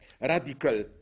radical